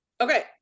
Okay